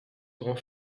grand